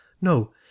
no